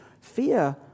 Fear